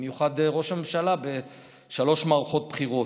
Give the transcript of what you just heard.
ובמיוחד של ראש הממשלה בשלוש מערכות בחירות.